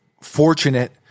fortunate